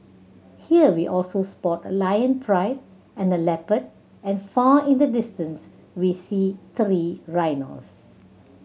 here we also spot a lion pride and a leopard and far in the distance we see three rhinos